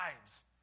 lives